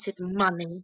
money